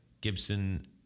Gibson